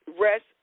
Rest